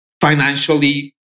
financially